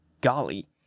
golly